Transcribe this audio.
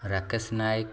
Rakesh Nayak